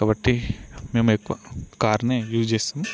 కాబట్టి మేము ఎక్కువ కార్ని యూస్ చేస్తాం